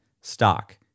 stock